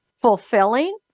fulfilling